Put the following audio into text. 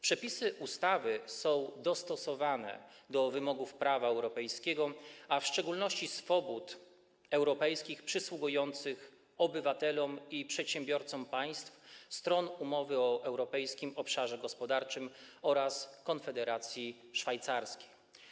Przepisy ustawy są dostosowane do wymogów prawa europejskiego, a w szczególności swobód europejskich przysługujących obywatelom i przedsiębiorcom państw stron umowy o Europejskim Obszarze Gospodarczym oraz Konfederacji Szwajcarskiej.